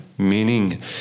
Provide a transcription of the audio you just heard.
meaning